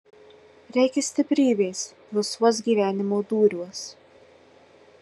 reikia stiprybės visuos gyvenimo dūriuos